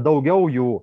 daugiau jų